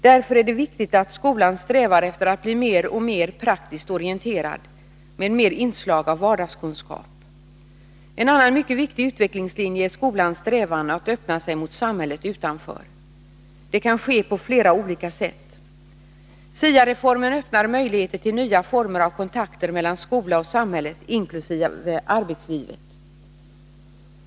Därför är det viktigt att skolan strävar efter att bli mer och mer praktiskt orienterad med mer inslag av vardagskunskap. En annan mycket viktig utvecklingslinje är skolans strävan att öppna sig mot samhället utanför. Det kan ske på flera olika sätt. SIA-reformen öppnar möjligheter till nya former av kontakter mellan skolan och samhället, inkl. arbetslivet.